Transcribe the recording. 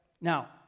Now